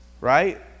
Right